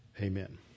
Amen